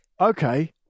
okay